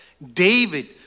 David